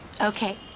Okay